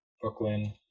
Brooklyn